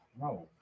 No